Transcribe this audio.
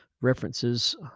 references